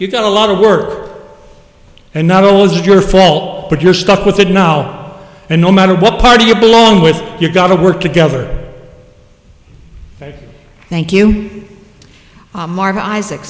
you've got a lot of work and not always your fault but you're stuck with it now and no matter what party you belong with you've got a work together thank you mark isaac